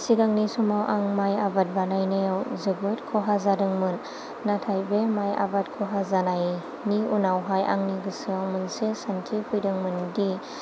सिगांनि समाव आं माइ आबाद बानायनायाव जोबोद खहा जादोंमोन नाथाय बे माइ आबाद खहा जानायनि उनावहाय आंनि गोसोआव मोनसे सोंथि फैदोंमोनदि